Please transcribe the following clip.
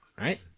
Right